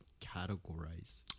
categorize